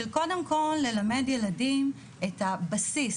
שקודם כל ללמד ילדים את הבסיס,